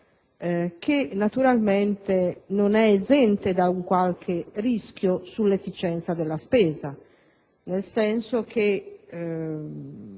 che naturalmente non è esente da qualche rischio sull'efficienza della spesa, nel senso che